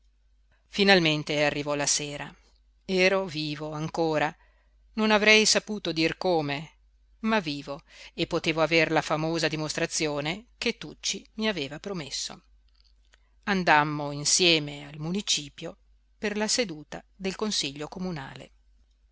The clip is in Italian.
finalmente arrivò la sera ero vivo ancora non avrei saputo dir come ma vivo e potevo avere la famosa dimostrazione che tucci mi aveva promesso andammo insieme al municipio per la seduta del consiglio comunale